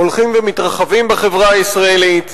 הולכים ומתרחבים בחברה הישראלית.